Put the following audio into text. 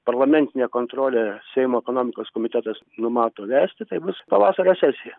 parlamentinė kontrolė seimo ekonomikos komitetas numato vesti tai bus pavasario sesija